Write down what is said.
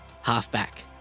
Halfback